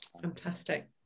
Fantastic